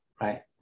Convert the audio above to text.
right